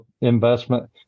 investment